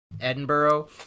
edinburgh